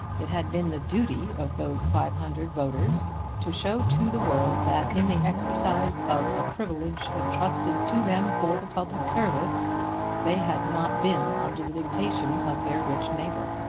it had been the duty of those five hundred voters to show to the world that in the exercise of a privilege entrusted to them for the public service they had not been under the dictation of their rich neighbour.